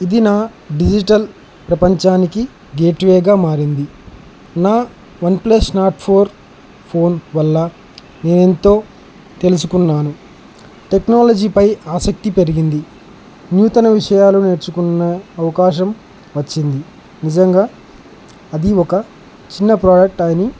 ఇది నా డిజిటల్ ప్రపంచానికి గేట్వేగా మారింది నా వన్ప్లస్ నార్డ్ ఫోర్ ఫోన్ వల్ల నేను ఎంతో తెలుసుకున్నాను టెక్నాలజీ పై ఆసక్తి పెరిగింది నూతన విషయాలు నేర్చుకున్న అవకాశం వచ్చింది నిజంగా అది ఒక చిన్న ప్రాడక్ట్ అని